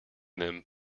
them